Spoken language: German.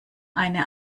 eine